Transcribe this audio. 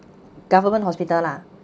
government hospital lah